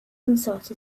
unsought